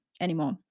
anymore